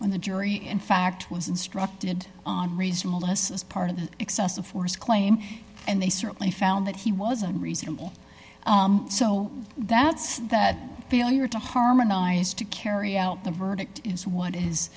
on the jury in fact was instructed on reasonableness as part of the excessive force claim and they certainly found that he wasn't reasonable so that's that failure to harmonize to carry out the verdict is what is